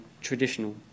traditional